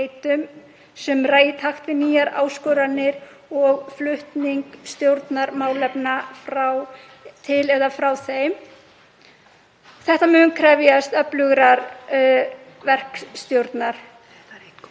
annarra í takt við nýjar áskoranir og flutning stjórnarmálefna til eða frá þeim. Þetta mun krefjast öflugrar verkstjórnar.